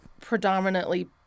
predominantly